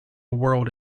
whirled